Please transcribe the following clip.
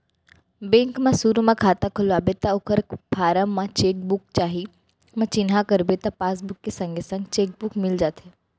bank म सुरू म खाता खोलवाबे त ओकर फारम म चेक बुक चाही म चिन्हा करबे त पासबुक के संगे संग चेक बुक मिल जाथे